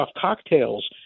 cocktails